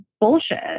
bullshit